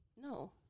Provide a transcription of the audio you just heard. No